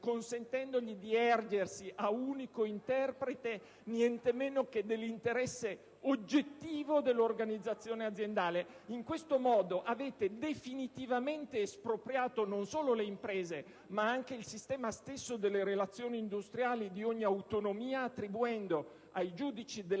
consentendogli di ergersi a unico interprete nientemeno che dell'«interesse oggettivo dell'organizzazione aziendale». In questo modo avete definitivamente espropriato non solo le imprese, ma anche il sistema stesso delle relazioni industriali, di ogni autonomia, attribuendo ai giudici